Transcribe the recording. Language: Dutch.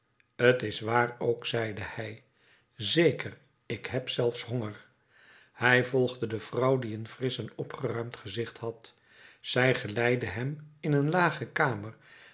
t is waar ook zeide hij zeker ik heb zelfs honger hij volgde de vrouw die een frisch en opgeruimd gezicht had zij geleidde hem in een lage kamer